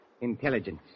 Intelligence